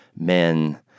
men